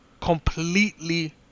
completely